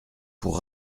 pour